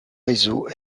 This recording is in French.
réseaux